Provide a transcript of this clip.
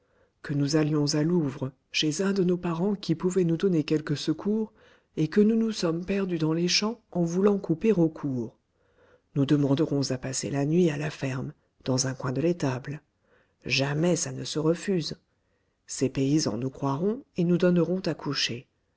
que nous allions à louvres chez un de nos parents qui pouvait nous donner quelques secours et que nous nous sommes perdus dans les champs en voulant couper au court nous demanderons à passer la nuit à la ferme dans un coin de l'étable jamais ça ne se refuse ces paysans nous croiront et nous donneront